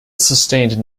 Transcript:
sustained